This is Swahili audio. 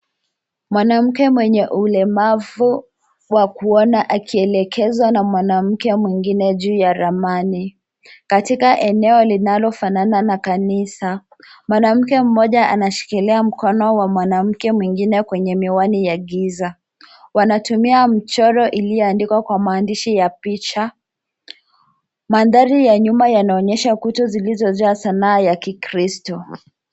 Mwanamke mwenye ulemavu wa kuona akielekezwa na mwanamke mwingine juu ya ramani katika eneo linalofanana na kanisa. Mwanamke mmoja anashikilia mkono wa mwanamke mwingine kwenye miwani ya giza. Wanatumia mchoro Iliyoandikwa kwa maandishi ya picha. Mandhari ya nyuma yanaonyesha kuta zilizojaa sanaa ya kikristo.